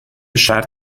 شرط